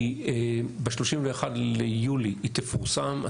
ב-31 ביולי היא תפורסם.